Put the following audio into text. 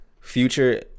future